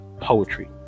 poetry